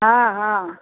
हँ हँ